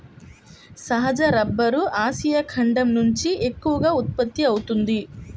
సహజ rubber Asia ఖండం నుంచే ఎక్కువగా ఉత్పత్తి అవుతోంది